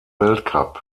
weltcup